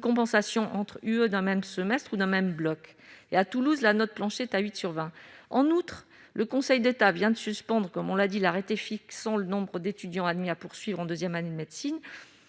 compensation entre UE d'un même semestre ou d'un même bloc et, à Toulouse, la note plancher est à 8 sur 20. En outre, le Conseil d'État vient de suspendre l'arrêté fixant le nombre d'étudiants admis à poursuivre en deuxième année de médecine,